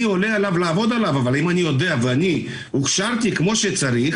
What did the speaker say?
אני עולה לעבוד עליו אבל אם אני הוכשרתי כמו שצריך,